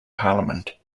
parliament